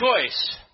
choice